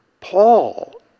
Paul